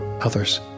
others